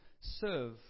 serve